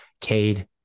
Cade